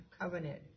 covenant